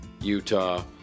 Utah